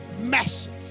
massive